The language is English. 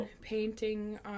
painting